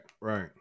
right